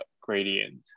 gradient